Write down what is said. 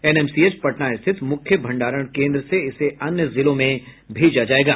NMCH Patna स्थित मुख्य भंडारण केन्द्र से इसे अन्य जिलों में भेजा जायेगा